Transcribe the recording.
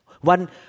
one